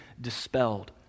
dispelled